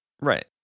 Right